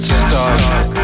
stuck